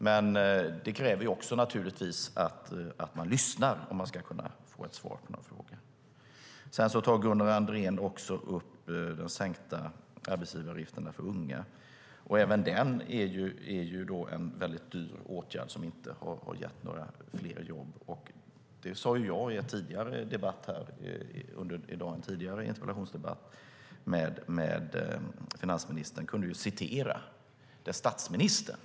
Men det kräver naturligtvis att man lyssnar om man ska kunna få ett svar på den här frågan. Sedan tar Gunnar Andrén upp den sänkta arbetsgivaravgiften för unga. Även den är en väldigt dyr åtgärd som inte har gett några fler jobb. I en tidigare interpellationsdebatt med finansministern kunde jag citera statsministern.